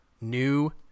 new